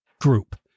group